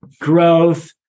growth